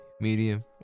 medium